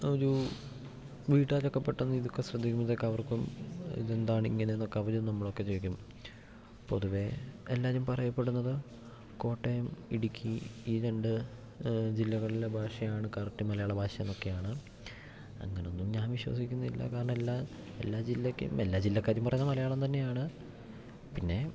ഒരു വീട്ടുകാരൊക്കെ പെട്ടെന്ന് ഇതൊക്കെ ശ്രദ്ധികുമ്പത്തേക്ക് അവർക്കും ഇതെന്താണ് ഇങ്ങനെ എന്നൊക്കെ അവരും നമ്മളും ഒക്കെ ചോദിക്കും പൊതുവേ എല്ലാവരും പറയപ്പെടുന്നത് കോട്ടയം ഇടുക്കി ഈ രണ്ട് ജില്ലകളിലെ ഭാഷയാണ് കറക്റ്റ് മലയാള ഭാഷന്നൊക്കെയാണ് അങ്ങനൊന്നും ഞാൻ വിശ്വസിക്കുന്നില്ല കാരണം എല്ലാ എല്ലാ ജില്ലയ്ക്കും എല്ലാ ജില്ലക്കാരും പറയുന്നത് മലയാളം തന്നെയാണ് പിന്നെ